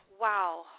Wow